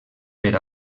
per